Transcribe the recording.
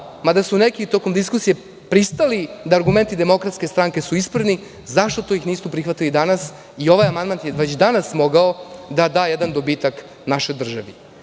mada su neki tokom diskusije pristali da su argumenti DS ispravni, zašto ih nisu prihvatili danas i ovaj amandman je već danas mogao da da jedan dobitak našoj državi.